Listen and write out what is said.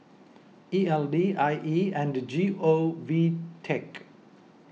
E L D I E and G O V Tech